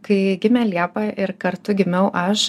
kai gimė liepa ir kartu gimiau aš